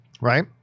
Right